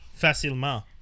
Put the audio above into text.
Facilement